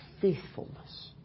faithfulness